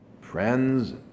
friends